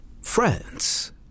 Friends